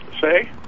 say